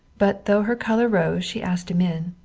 but though her color rose she asked him in.